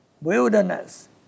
Wilderness